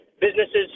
businesses